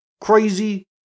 crazy